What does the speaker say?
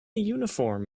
uniform